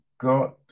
got